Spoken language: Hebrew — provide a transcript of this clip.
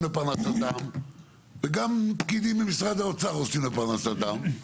לפרנסתם וגם פקידים ממשרד האוצר עושים לפרנסתם.